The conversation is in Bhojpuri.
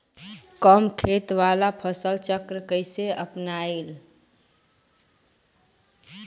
कम खेत वाला फसल चक्र कइसे अपनाइल?